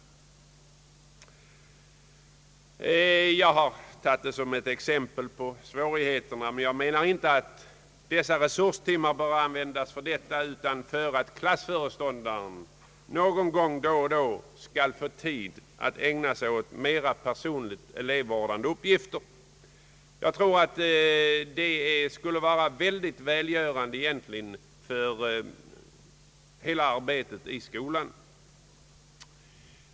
Jag har nämnt detta som ett exempel på svårigheterna, men jag anser inte att resurstimmarna bör användas för kvarsittning utan för att klassföreståndaren någon gång då och då skall få tid att ägna sig åt mera personligt elevvårdande uppgifter. Jag tror att det skulle vara mycket välgörande för hela arbetet i skolan.